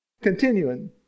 Continuing